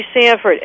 Sanford